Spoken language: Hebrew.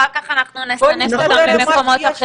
אחר כך אנחנו נסנף אותם למקומות אחרים.